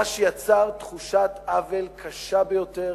מה שיצר תחושת עוול קשה ביותר,